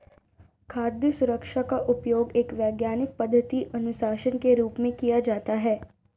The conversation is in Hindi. खाद्य सुरक्षा का उपयोग एक वैज्ञानिक पद्धति अनुशासन के रूप में किया जाता है